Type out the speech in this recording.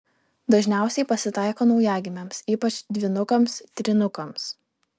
dažniausiai pasitaiko naujagimiams ypač dvynukams trynukams